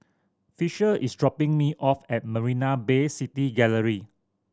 Fisher is dropping me off at Marina Bay City Gallery